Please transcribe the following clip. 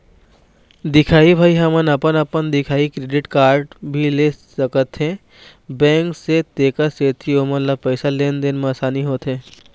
दिखाही भाई हमन अपन अपन दिखाही क्रेडिट कारड भी ले सकाथे बैंक से तेकर सेंथी ओमन ला पैसा लेन देन मा आसानी होथे?